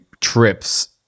trips